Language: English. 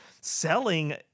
selling